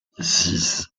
six